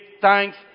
thanks